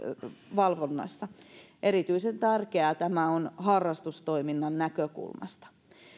valvonnassa erityisen tärkeää tämä on harrastustoiminnan näkökulmasta